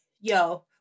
yo